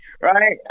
Right